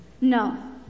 No